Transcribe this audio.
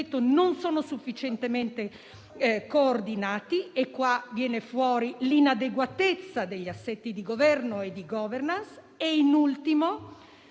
Grazie,